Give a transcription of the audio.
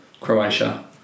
Croatia